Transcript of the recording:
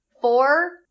Four